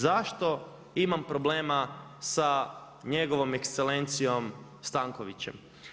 Zašto imam problema sa njegovom ekselencijom Stankovićem?